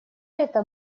это